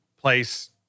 place